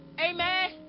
Amen